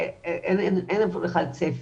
אין לנו בכלל צפי.